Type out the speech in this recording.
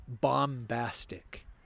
bombastic